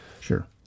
Sure